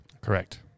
Correct